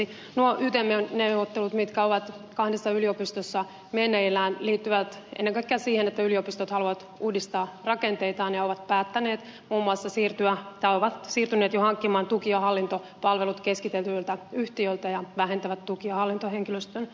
nuo yt neuvottelut jotka ovat kahdessa yliopistossa meneillään liittyvät ennen kaikkea siihen että yliopistot haluavat uudistaa rakenteitaan ja ovat päättäneet muun muassa siirtyä tai ovat jo siirtyneet hankkimaan tuki ja hallintopalvelut keskitetyiltä yhtiöiltä ja vähentävät tuki ja hallintohenkilöstön määrää